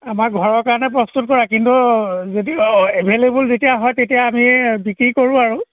আমাৰ ঘৰৰ কাৰণে প্ৰস্তুত কৰা কিন্তু যদি এভেইলেবোল যেতিয়া হয় তেতিয়া আমি বিক্ৰী কৰোঁ আৰু